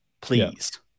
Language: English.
please